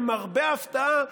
למרבה ההפתעה,